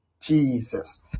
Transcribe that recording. Jesus